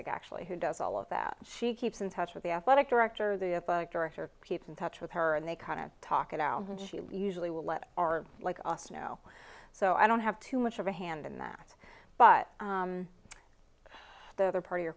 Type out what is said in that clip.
golf actually who does all of that she keeps in touch with the athletic director the director peeps in touch with her and they kind of talk it out and she usually will let are like us know so i don't have too much of a hand in that but the other part your